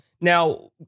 Now